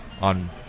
on